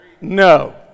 No